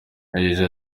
yagize